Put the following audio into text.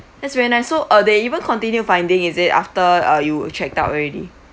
that's very nice so uh they even continued finding is it after uh you checked out already